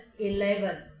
eleven